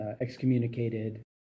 excommunicated